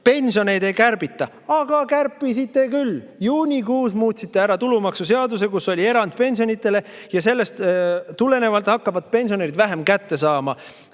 Pensione ei kärbita!? Aga kärpisite küll: juunikuus muutsite ära tulumaksuseaduse, kus oli erand pensionidele, ja sellest tulenevalt hakkavad pensionärid vähem kätte saama.